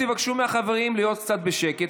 תבקשו מהחברים להיות קצת בשקט,